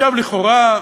לכאורה,